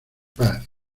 paz